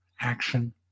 Action